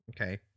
okay